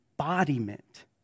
embodiment